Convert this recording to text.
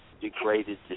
degraded